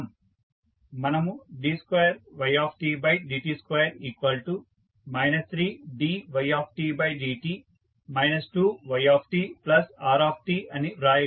మనం d2ydt2 3dytdt 2ytrt అని రాయగలం